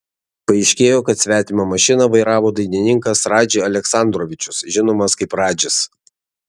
paaiškėjo kad svetimą mašiną vairavo dainininkas radži aleksandrovičius žinomas kaip radžis